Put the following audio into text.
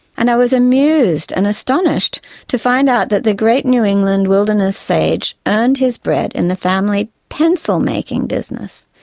and i was amused and astonished to find out that the great new england wilderness sage earned his bread in the family pencil making business,